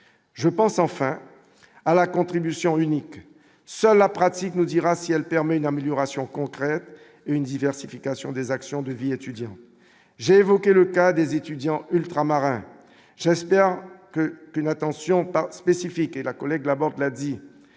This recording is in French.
je pense enfin à la contribution unique cela la pratique nous dira si elle permet une amélioration concrète une diversification des actions de vie étudiante, j'ai évoqué le cas des étudiants ultramarins, j'espère que, d'une attention par spécifique et la collègue la lundi